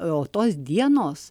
o tos dienos